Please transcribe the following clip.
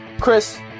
Chris